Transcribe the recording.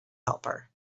helper